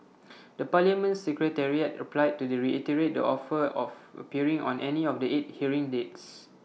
the parliament secretariat replied to the reiterate the offer of appearing on any of the eight hearing dates